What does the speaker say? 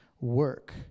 work